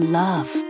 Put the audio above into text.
love